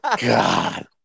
God